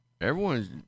Everyone's